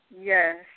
Yes